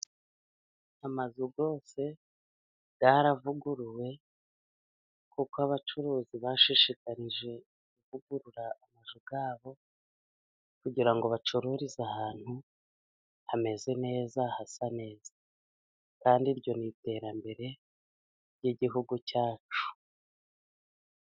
Amazu yose yaravuguruwe, kuko abacuruzi bashishikarijwe kuvugurura amazu yabo kugira ngo bacururize ahantu hameze neza hasa neza, kandi iryo ni iterambere ry'igihugu cyacu.